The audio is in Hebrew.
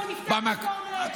הוא נפטר מדום לב,